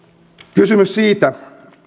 kysymykseen siitä